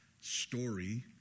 story